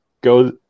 go